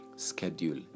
Schedule